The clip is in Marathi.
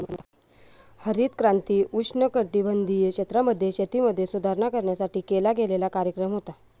हरित क्रांती उष्णकटिबंधीय क्षेत्रांमध्ये, शेतीमध्ये सुधारणा करण्यासाठी केला गेलेला कार्यक्रम होता